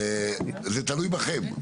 אה, אני רוצה להעלות את הנושא הזה.